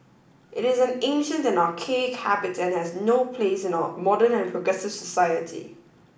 it is an ancient and archaic habit and has no place in our modern and progressive society